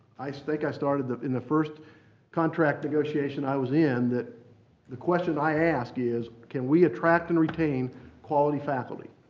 i so think i started in the first contract negotiation i was in that the question i asked is, can we attract and retain quality faculty.